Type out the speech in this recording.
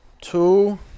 Two